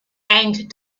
and